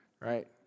right